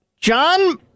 John